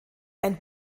ein